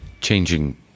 changing